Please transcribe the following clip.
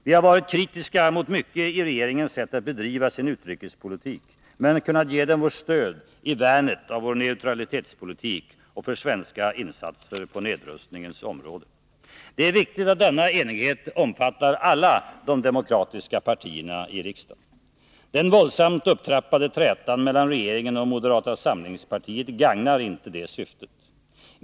Vi har varit kritiska mot mycket i regeringens sätt att bedriva sin utrikespolitik, men kunnat ge den vårt stöd i värnet av vår neutralitetspolitik och för svenska insatser på nedrustningens område. Det är viktigt att denna enighet omfattar alla de demokratiska partierna i riksdagen. Den våldsamt upptrappade trätan mellan regeringen och moderata samlingspartiet gagnar inte det syftet.